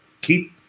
keep